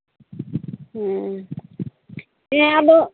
ᱦᱮᱸ ᱦᱮᱸ ᱟᱫᱚ